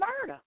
murder